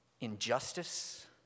injustice